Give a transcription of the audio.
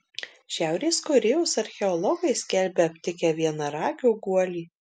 šiaurės korėjos archeologai skelbia aptikę vienaragio guolį